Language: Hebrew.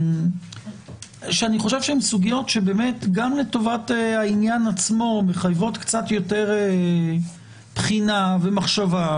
ואני חושב שהן סוגיות שגם לטובת העניין עצמו מחייבות יותר בחינה ומחשבה.